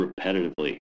repetitively